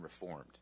reformed